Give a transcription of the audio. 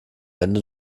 ende